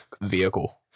vehicle